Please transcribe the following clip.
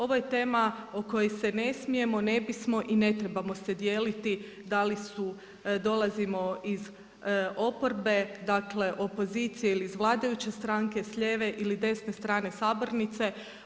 Ovo je tema o kojoj se ne smijemo, ne bismo i ne trebamo se dijeliti, da li su, dolazimo li iz oporbe, dakle opozicije ili iz vladajuće stranke, s lijeve ili desne strane sabornice.